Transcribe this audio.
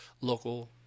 local